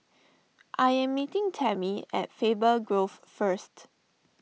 I am meeting Tami at Faber Grove first